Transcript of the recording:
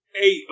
eight